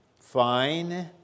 fine